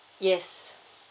yes